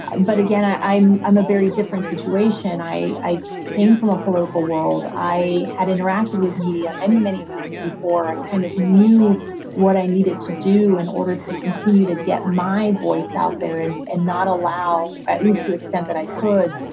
but again, i i'm i'm a very different situation. i, i came from a political world. i had interacted with media many, many times before. i kind of knew what i needed to do in order to continue to get my voice out there and and not allow, at least to the extent i could.